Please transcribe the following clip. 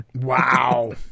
Wow